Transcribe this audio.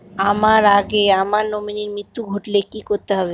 আমার আগে আমার নমিনীর মৃত্যু ঘটলে কি করতে হবে?